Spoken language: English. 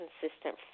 consistent